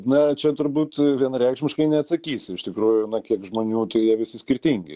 na čia turbūt vienareikšmiškai neatsakysi iš tikrųjų nu kiek žmonių tai jie visi skirtingi